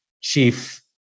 chief